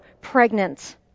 pregnant